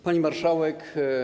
Pani Marszałek!